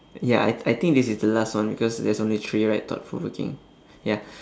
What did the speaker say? ya I I think this is the last one because there's only three right thought provoking ya